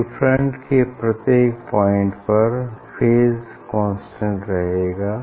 wave front के प्रत्येक point पर फेज कांस्टेंट रहेगा